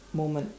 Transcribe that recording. moment